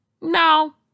No